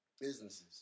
businesses